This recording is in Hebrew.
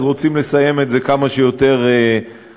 אז רוצים לסיים את זה כמה שיותר מהר.